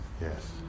yes